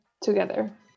together